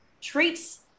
treats